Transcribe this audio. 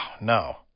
no